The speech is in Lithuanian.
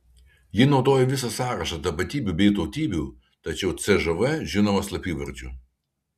ji naudoja visą sąrašą tapatybių bei tautybių tačiau cžv žinoma slapyvardžiu